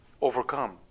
overcome